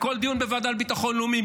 בכל דיון בוועדה לביטחון לאומי,